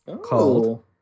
called